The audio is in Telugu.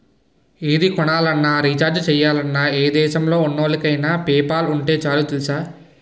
ఏది కొనాలన్నా, రీచార్జి చెయ్యాలన్నా, ఏ దేశంలో ఉన్నోళ్ళకైన పేపాల్ ఉంటే చాలు తెలుసా?